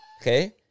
Okay